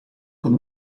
con